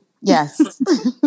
Yes